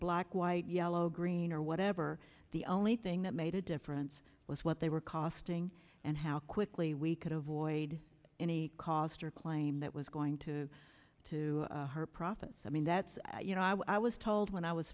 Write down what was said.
black white yellow green or whatever the only thing that made a difference was what they were costing and how quickly we could avoid any cost or claim that was going to to her profits i mean that's you know i was told when i was